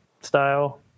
style